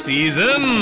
Season